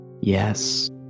Yes